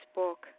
book